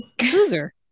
loser